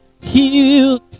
healed